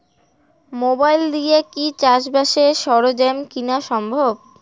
Mobile দিয়া কি চাষবাসের সরঞ্জাম কিনা সম্ভব?